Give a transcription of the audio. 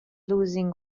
losing